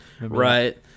Right